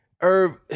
Irv